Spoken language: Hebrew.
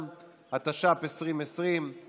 אני